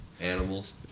animals